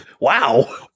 Wow